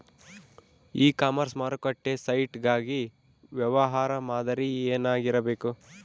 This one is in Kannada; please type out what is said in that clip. ಇ ಕಾಮರ್ಸ್ ಮಾರುಕಟ್ಟೆ ಸೈಟ್ ಗಾಗಿ ವ್ಯವಹಾರ ಮಾದರಿ ಏನಾಗಿರಬೇಕು?